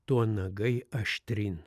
tuo nagai aštryn